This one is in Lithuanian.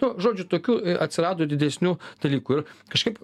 nu žodžiu tokių atsirado didesnių dalykų ir kažkaip